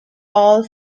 all